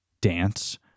dance